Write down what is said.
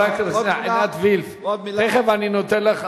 חברת הכנסת עינת וילף, תיכף אני נותן לך.